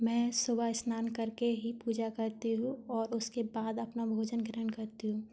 मैं सुबह स्नान करके ही पूजा करती हूँ और उसके बाद अपना भोजन ग्रहण करती हूँ